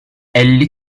elli